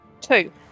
Two